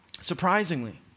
surprisingly